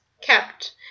kept